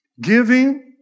giving